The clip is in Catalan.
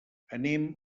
anem